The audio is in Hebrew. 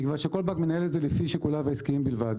מכיוון שכל בנק מנהל את זה לפי שיקוליו העסקיים בלבד.